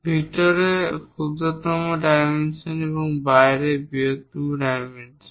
ভিতরের ক্ষুদ্রতম ডাইমেনশন এবং বাইরের বৃহত্তম ডাইমেনশন